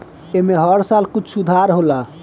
ऐमे हर साल कुछ सुधार होला